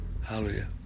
hallelujah